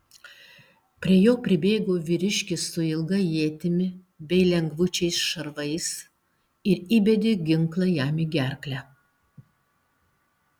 prie jo pribėgo vyriškis su ilga ietimi bei lengvučiais šarvais ir įbedė ginklą jam į gerklę